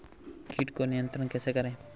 कीट को नियंत्रण कैसे करें?